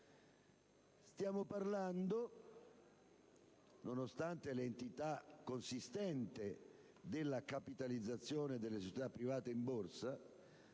non c'è. Nonostante l'entità consistente della capitalizzazione delle società private in Borsa,